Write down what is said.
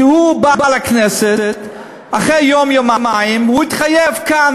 כי הוא בא לכנסת ואחרי יום-יומיים הוא התחייב כאן,